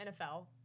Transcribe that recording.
NFL